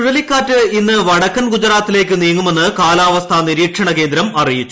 ചുഴലിക്കാറ്റ് ഇന്ന് വടക്കൻ ഗുജറാത്തിലേക്ക് നീങ്ങുമെന്ന് കാലാവസ്ഥാ നിരീക്ഷണകേന്ദ്രം അറിയിച്ചു